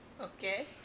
Okay